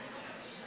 אנחנו עוברים לנושא